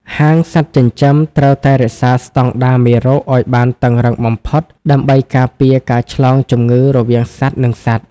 ហាងសត្វចិញ្ចឹមត្រូវតែរក្សាស្តង់ដារមេរោគឱ្យបានតឹងរ៉ឹងបំផុត ដើម្បីការពារការឆ្លងជំងឺរវាងសត្វ និងសត្វ។